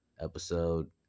episode